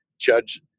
judge